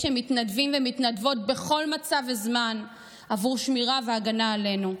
שמתנדבים ומתנדבות בכל מצב וזמן עבור שמירה והגנה עלינו,